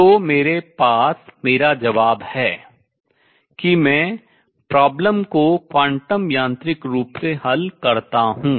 तो मेरे पास मेरा जवाब है कि मैं problem समस्या को क्वांटम यांत्रिक रूप से हल करता हूँ